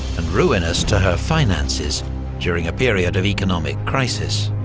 and ruinous to her finances during a period of economic crisis.